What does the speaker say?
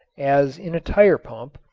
as in a tire pump,